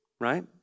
right